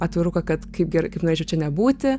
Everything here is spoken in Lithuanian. atviruką kad kaip gerai kaip norėčiau čia nebūti